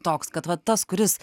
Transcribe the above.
toks kad vat tas kuris